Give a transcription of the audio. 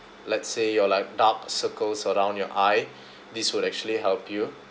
let's say your like dark circles around your eye this would actually help you